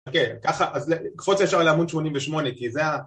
כן, ככה, אז קפוץ ישר לעמוד 88 כי זה ה...